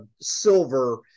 silver